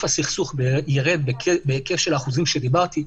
הסכסוך ירד בהיקף של האחוזים שדיברתי,